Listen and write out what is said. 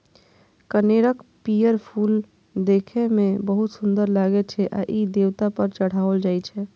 कनेरक पीयर फूल देखै मे बहुत सुंदर लागै छै आ ई देवता पर चढ़ायलो जाइ छै